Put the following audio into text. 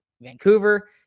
Vancouver